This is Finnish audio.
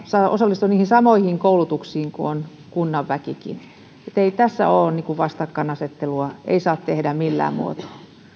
saa osallistua niihin samoihin koulutuksiin kuin kunnankin väki ei tässä vastakkainasettelua saa tehdä millään muotoa